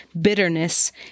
bitterness